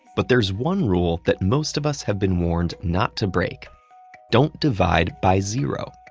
but there's one rule that most of us have been warned not to break don't divide by zero.